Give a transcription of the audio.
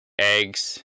eggs